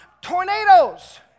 tornadoes